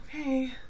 okay